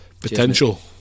Potential